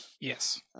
Yes